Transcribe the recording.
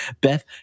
Beth